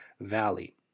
Valley